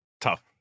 Tough